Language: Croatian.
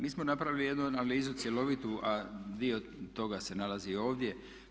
Mi smo napravili jednu analizu cjelovitu, a dio toga se nalazi ovdje.